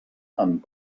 amb